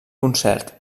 concert